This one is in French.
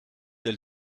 elle